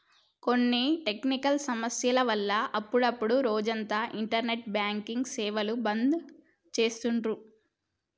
కొన్ని టెక్నికల్ సమస్యల వల్ల అప్పుడప్డు రోజంతా ఇంటర్నెట్ బ్యాంకింగ్ సేవలు బంద్ చేత్తాండ్రు